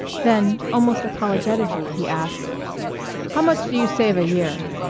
then almost apologetically he asked how much do you save a year?